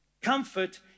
comfort